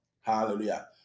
Hallelujah